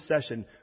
session